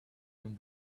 them